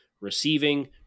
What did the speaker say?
receiving